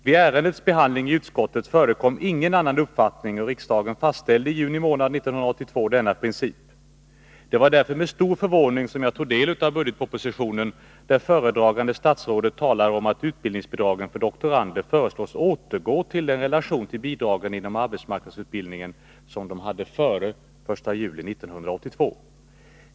Vid ärendets behandling i utskottet förekom ingen annan uppfattning, och riksdagen fastställde i juni månad 1982 denna princip. Det var därför med stor förvåning som jag tog del av budgetpropositionen, där föredragande statsrådet talar om att utbildningsbidragen för doktorander föreslås återgå till den relation till bidragen inom arbetsmarknadsutbildningen som de hade före den 1 juli 1982.